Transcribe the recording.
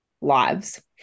lives